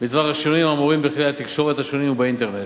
בדבר השינויים האמורים בכלי התקשורת השונים ובאינטרנט.